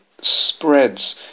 spreads